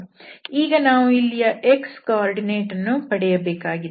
ಈಗ ನಾವು ಇಲ್ಲಿನ x ನಿರ್ದೇಶಾಂಕ ವನ್ನು ಪಡೆಯಬೇಕಾಗಿದೆ